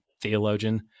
theologian